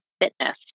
fitness